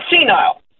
senile